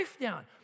down